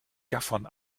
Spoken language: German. gaffern